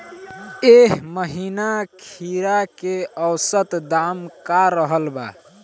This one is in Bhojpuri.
एह महीना खीरा के औसत दाम का रहल बा?